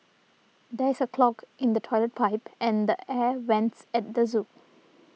there is a clog in the Toilet Pipe and the Air Vents at the zoo